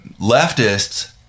leftists